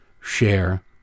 share